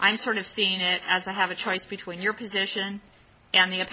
i'm sort of seen it as i have a choice between your position and the